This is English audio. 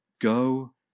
Go